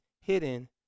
hidden